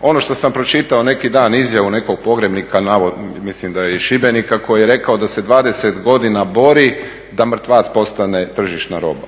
ono što sam pročitao neki dan, izjavu nekog pogrebnika, mislim da je iz Šibenika, koji je rekao da se 20 godina bori da mrtvac postane tržišna roba.